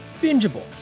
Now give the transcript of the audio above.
bingeable